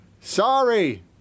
Sorry